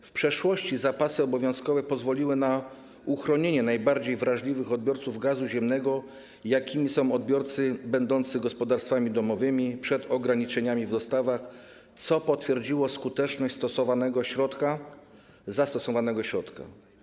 W przeszłości zapasy obowiązkowe pozwoliły na uchronienie najbardziej wrażliwych odbiorców gazu ziemnego, jakimi są odbiorcy będący gospodarstwami domowymi, przed ograniczeniami w dostawach, co potwierdziło skuteczność zastosowanego środka.